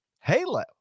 Halo